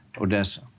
Odessa